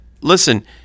listen